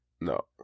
No